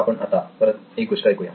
आपण आता परत एक गोष्ट ऐकूया